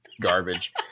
garbage